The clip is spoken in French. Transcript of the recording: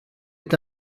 est